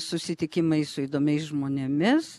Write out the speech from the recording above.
susitikimai su įdomiais žmonėmis